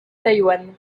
taïwan